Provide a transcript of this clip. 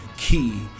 key